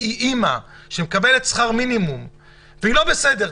האימא לא בסדר,